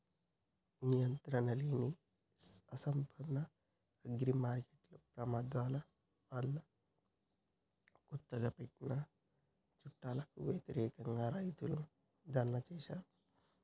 నియంత్రణలేని, అసంపూర్ణ అగ్రిమార్కెట్ల ప్రమాదాల వల్లకొత్తగా పెట్టిన చట్టాలకు వ్యతిరేకంగా, రైతులు ధర్నా చేశారు